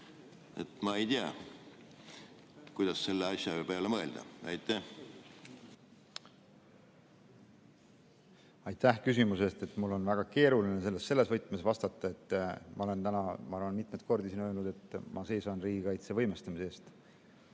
Ma ei tea, kuidas selle asja peale mõelda. Aitäh küsimuse eest! Mul on väga keeruline selles võtmes vastata. Ma olen täna, ma arvan, mitmeid kordi öelnud, et ma seisan riigikaitse võimestamise eest.